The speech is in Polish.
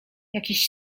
jakiś